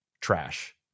trash